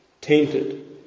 tainted